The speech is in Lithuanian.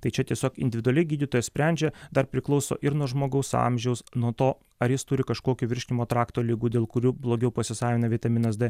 tai čia tiesiog individualiai gydytojas sprendžia dar priklauso ir nuo žmogaus amžiaus nuo to ar jis turi kažkokių virškinimo trakto ligų dėl kurių blogiau pasisavina vitaminas d